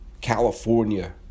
California